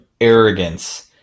arrogance